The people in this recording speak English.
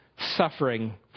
suffering